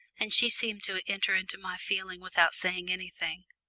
and she seemed to enter into my feeling without saying anything.